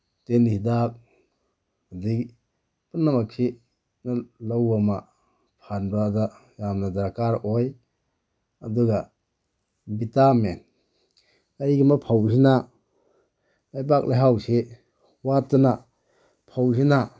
ꯇꯤꯟ ꯍꯤꯗꯥꯛ ꯑꯗꯒꯤ ꯄꯨꯝꯅꯃꯛꯁꯤ ꯑꯗꯨꯝ ꯂꯧ ꯑꯃ ꯐꯍꯟꯕꯗ ꯌꯥꯝꯅ ꯗꯔꯀꯥꯔ ꯑꯣꯏ ꯑꯗꯨꯒ ꯕꯤꯇꯥꯃꯤꯟ ꯀꯔꯤꯒꯨꯝꯕ ꯐꯧꯁꯤꯅ ꯂꯩꯕꯥꯛ ꯂꯩꯍꯥꯎꯁꯤ ꯋꯥꯠꯇꯅ ꯐꯧꯁꯤꯅ